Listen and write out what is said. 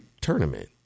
tournament